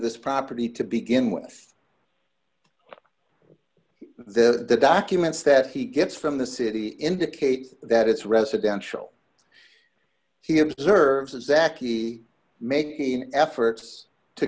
this property to begin with the documents that he gets from the city indicate that it's residential he observes exactly making efforts to